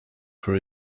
for